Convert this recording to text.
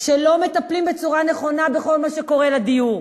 לא מטפלים בצורה נכונה בכל מה שקורה לדיור.